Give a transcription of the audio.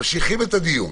ממשיכים את הדיון.